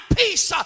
peace